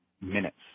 minutes